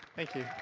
thank you.